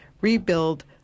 rebuild